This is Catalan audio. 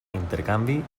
intercanvi